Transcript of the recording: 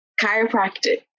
chiropractic